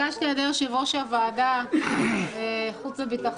בקשת יושבי-ראש ועדות להקדמת הדיון בהצעות החוק הבאות,